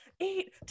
eat